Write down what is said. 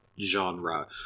genre